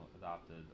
adopted